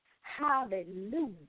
Hallelujah